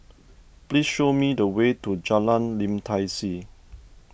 please show me the way to Jalan Lim Tai See